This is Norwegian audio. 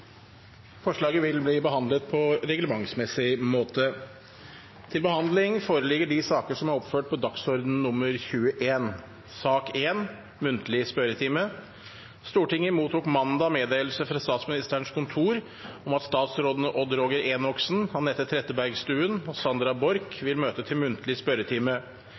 Forslaget vil bli behandlet på reglementsmessig måte. Stortinget mottok mandag meddelelse fra statsministerens kontor om at statsrådene Odd Roger Enoksen, Anette Trettebergstuen og Sandra Borch vil møte til muntlig spørretime.